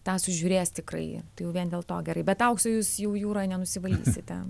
tą sužiūrės tikrai tai jau vien dėl to gerai bet aukso jūs jau jūroj nenusivalysite